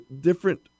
different